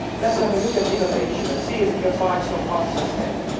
let's have a look at innovation and see if we can find some answers there.